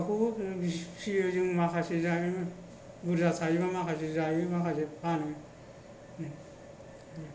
दाउखौबो फिसियो जों माखासे जायो बुरजा जायोबा माखासे जायो माखासे फानो